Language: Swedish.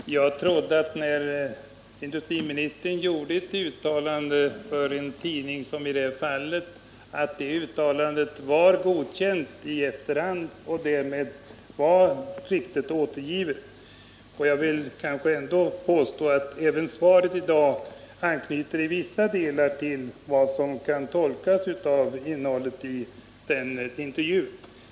Herr talman! Jag trodde att ett uttalande som industriministern i det här Tisdagen den fallet gjort för en tidning var godkänt i efterhand och därmed riktigt återgivet. 27 mars 1979 Jag måste här framhålla att även svaret i dag i vissa delar anknyter till vad som kunde uttolkas av intervjun.